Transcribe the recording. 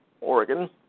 Oregon